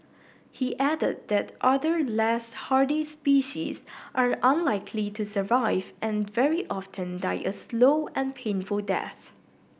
he added that other less hardy species are unlikely to survive and very often die a slow and painful death